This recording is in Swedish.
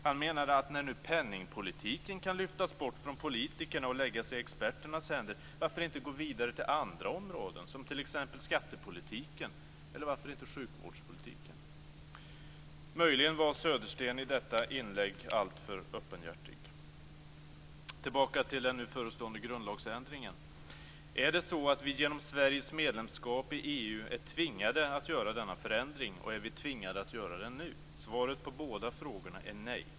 Han menade att när nu penningpolitiken kan lyftas bort från politikerna och läggas i experternas händer, varför inte gå vidare till andra områden, som t.ex. skattepolitiken eller varför inte sjukvårdspolitiken? Möjligen var Södersten i detta inlägg alltför öppenhjärtig. Tillbaka till den nu förestående grundlagsändringen: Är det så att vi genom Sveriges medlemskap i EU är tvingade att göra denna förändring, och är vi tvingade att göra den nu? Svaret på båda frågorna är nej.